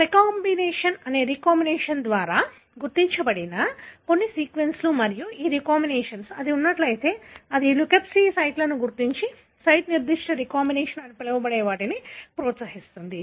ఇవి క్రెకాంబినేస్ అనే రీకాంబినేస్ ద్వారా గుర్తించబడిన కొన్ని సీక్వెన్స్లు మరియు ఈ రీకాంబినేస్ అది ఉన్నట్లయితే అది ఈ లాక్స్పి సైట్లను గుర్తించి సైట్ నిర్దిష్ట రీకంబినేషన్ అని పిలవబడే వాటిని ప్రోత్సహిస్తుంది